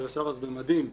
הוא ישב אז במדים.